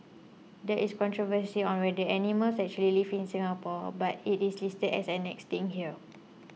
there is controversy on whether the animal actually lived in Singapore but it is listed as 'Extinct' here